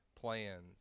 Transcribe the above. plans